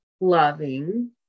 loving